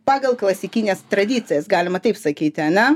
pagal klasikines tradicijas galima taip sakyti ane